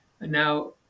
Now